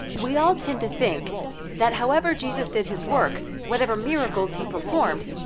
we all tend to think that however jesus did his work, whatever miracles he performed,